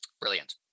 Brilliant